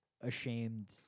ashamed